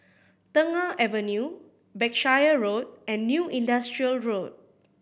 Tengah Avenue Berkshire Road and New Industrial Road